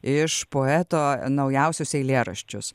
iš poeto naujausius eilėraščius